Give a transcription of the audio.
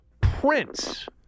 Prince